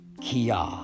Kia